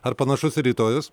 ar panašus rytojus